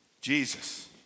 Jesus